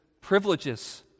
privileges